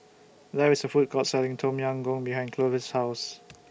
There IS A Food Court Selling Tom Yam Goong behind Clovis' House